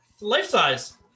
Life-size